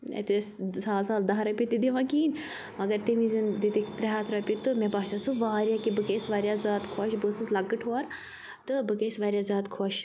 اَتہِ ٲسۍ سہل سہل دَہ رۄپیہِ تہِ دِوان کِہیٖنۍ مگر تمہِ وِزیٚن دِتِکھ ترٛےٚ ہَتھ رۄپیہِ تہٕ مےٚ باسیٚو سُہ واریاہ کینٛہہ بہٕ گٔیَس واریاہ زیادٕ خۄش بہٕ ٲسٕس لَکٕٹ ہور تہٕ بہٕ گٔیَس واریاہ زیادٕ خۄش